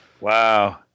Wow